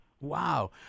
Wow